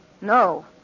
No